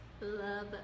love